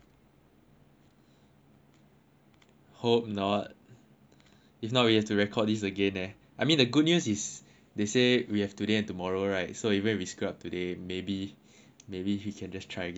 hope not if not we have to record this again eh I mean a good news is that they say we have today and tomorrow right so if we screw it up today maybe maybe if we can just try again tomorrow